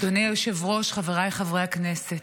אדוני היושב-ראש, חבריי חברי הכנסת,